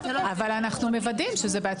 פרט